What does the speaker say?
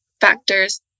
factors